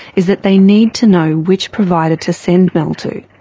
is that they need to know which provider to send mel to.